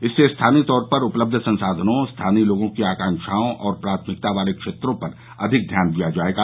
इससे स्थानीय तौर पर उपलब्ध संसाधनों स्थानीय लोगों की आकांक्षाओं और प्राथमिकता वाले क्षेत्रों पर अधिक ध्यान दिया जाएगा